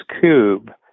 Cube